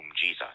Jesus